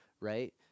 right